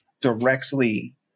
directly